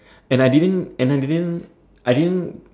and I didn't and I didn't I didn't